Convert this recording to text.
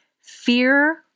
fear